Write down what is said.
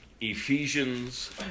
Ephesians